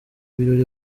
birori